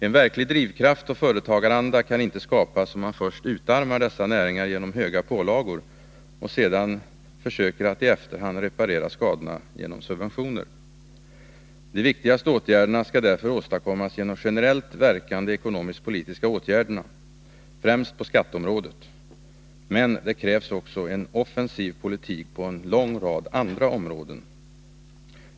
En verklig drivkraft och företagaranda kan inte skapas om man först utarmar dessa näringar genom höga pålagor och sedan försöker att i efterhand reparera skadorna genom subventioner. De viktigaste åtgärderna skall därför åstadkommas genom generellt verkande ekonomisk-politiska åtgärder, främst på skatteområdet. Men det krävs också en offensiv politik på en lång rad andra områden.